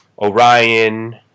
Orion